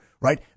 right